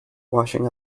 washing